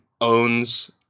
owns